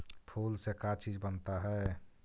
फूल से का चीज बनता है?